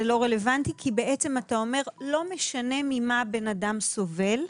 זה לא רלוונטי כי בעצם אתה אומר שלא משנה ממה בן אדם סובל.